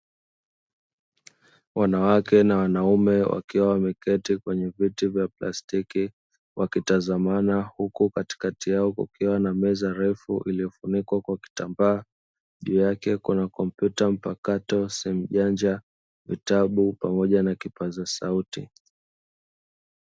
Wanawake na wanaume wakiwa wameketi kwenye viti vya plastiki wakitazamana huku katikati yao kukiwa na meza refu iliyofunikwa kwa kitambaa, juu yake kuna kompyuta mpakato simu janja vitabu pamoja na kipaza sauti.